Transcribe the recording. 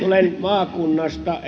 olen etelä pohjanmaan maakunnasta